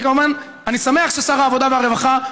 אני כמובן שמח ששר העבודה והרווחה,